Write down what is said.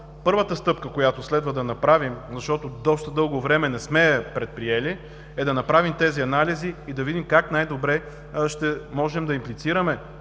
Първата стъпка, която следва да направим, защото доста дълго време не сме я предприели, е да направим тези анализи и да видим как най-добре ще можем да имплицираме